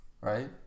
Right